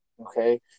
okay